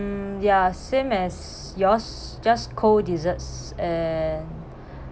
um ya same as yours just cold desserts and